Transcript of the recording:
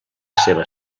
seva